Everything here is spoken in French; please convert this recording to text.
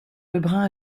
lebrun